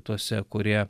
tuose kurie